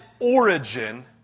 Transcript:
origin